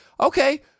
okay